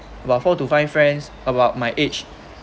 about four to five friends about my age